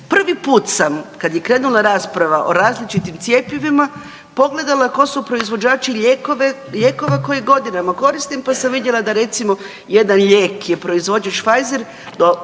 Prvi put sam, kad je krenula rasprava o različitim cjepivima pogledala tko su proizvođači lijekova koje godinama koristim, pa sam vidjela, da recimo, jedan lijek je proizvođač Pfizer